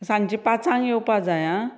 सांजचे पाचांग येवपा जाय आं